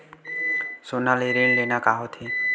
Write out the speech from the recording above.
सोना ले ऋण लेना का होथे?